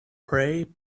pray